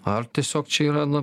ar tiesiog čia yra na